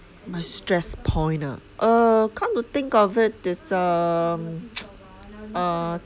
my stress point ah uh come to think of it this um uh